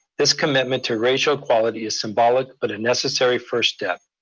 this commitment to racial equality is symbolic, but a necessary first step.